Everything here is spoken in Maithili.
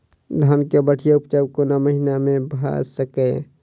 धान केँ बढ़िया उपजाउ कोण महीना मे भऽ सकैय?